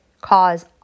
cause